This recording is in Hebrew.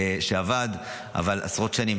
עבד עשרות שנים,